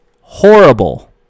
Horrible